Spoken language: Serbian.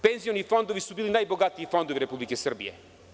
Penzioni fondovi su bili najbogatiji fondovi Republike Srbije.